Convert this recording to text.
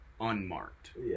unmarked